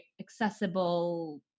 accessible